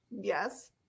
Yes